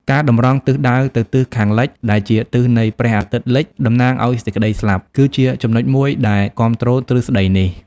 ការតម្រង់ទិសដៅទៅទិសខាងលិច ដែលជាទិសនៃព្រះអាទិត្យលិច តំណាងឲ្យសេចក្តីស្លាប់ គឺជាចំណុចមួយដែលគាំទ្រទ្រឹស្តីនេះ។